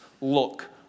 look